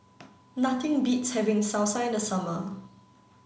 nothing beats having Salsa in the summer